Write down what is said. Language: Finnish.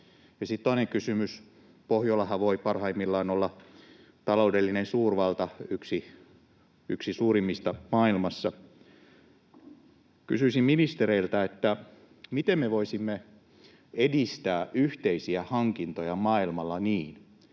toinen kysymys: Pohjolahan voi parhaimmillaan olla taloudellinen suurvalta, yksi suurimmista maailmassa. Kysyisin ministereiltä, miten me voisimme edistää yhteisiä hankintoja maailmalla niin,